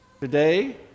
Today